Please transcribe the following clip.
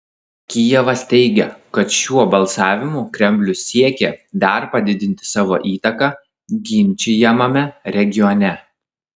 kijevas teigia kad šiuo balsavimu kremlius siekė dar padidinti savo įtaką ginčijamame regione